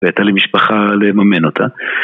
והייתה לי משפחה לממן אותה